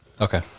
Okay